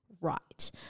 right